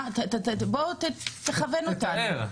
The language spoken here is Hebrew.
תתאר.